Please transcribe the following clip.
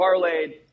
parlayed